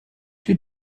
two